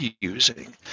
using